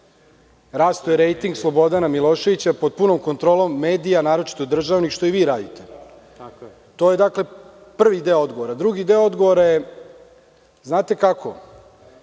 rastao je rejting Slobodna Miloševića pod punom kontrolom medija, a naročito državnih, što i vi radite. To je prvi deo odgovora. Drugi deo odgovora je, znate kako,